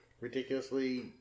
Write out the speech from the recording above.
ridiculously